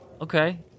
Okay